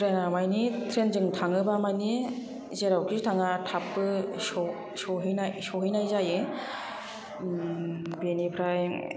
ट्रेना मानि ट्रेन जों थाङोबा मानि जेरावखि थाङा थाबबो सहैनाय सहैनाय जायो बेनिफ्राय